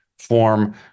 form